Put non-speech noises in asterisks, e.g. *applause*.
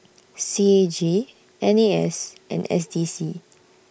*noise* C A G N A S and S D C